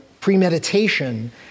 premeditation